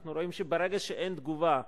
אנחנו רואים שברגע שאין תגובה,